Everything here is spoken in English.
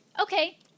Okay